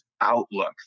outlook